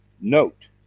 note